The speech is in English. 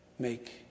make